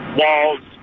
walls